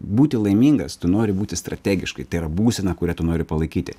būti laimingas tu nori būti strategiškai tai yra būsena kurią tu nori palaikyti